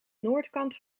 noordkant